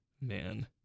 man